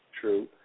True